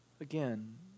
Again